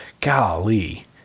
golly